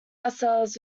ourselves